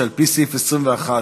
שעל-פי סעיף 21,